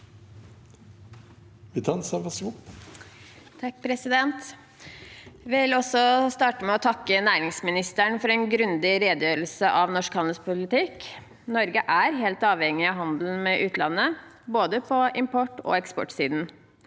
vil også starte med å takke næringsministeren for en grundig redegjørelse om norsk handelspolitikk. Norge er helt avhengig av handelen med utlandet både på import- og eksportsiden.